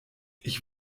ich